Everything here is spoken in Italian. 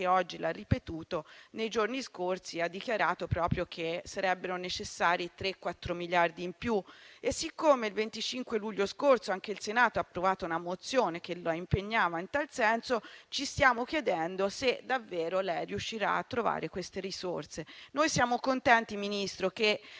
oggi lo ha ripetuto - nei giorni scorsi ha dichiarato che sarebbero necessari 3-4 miliardi in più e, siccome il 25 luglio scorso anche il Senato ha approvato una mozione che lo impegnava in tal senso, ci stiamo chiedendo, se davvero lei riuscirà a trovare queste risorse. Siamo contenti, Ministro, che,